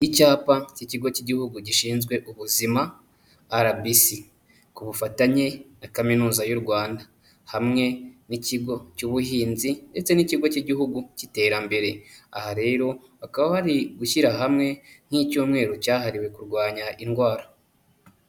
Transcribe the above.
Icyapa cy'Ikigo cy'Igihugu gishinzwe Ubuzima RBC ku bufatanye na Kaminuza y'u Rwanda, hamwe n'ikigo cy'ubuhinzi ndetse n'Ikigo cy'Igihugu cy'Iterambere. Aha rero bakaba bari gushyira hamwe nk'icyumweru cyahariwe kurwanya indwara.